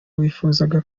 wifuzaga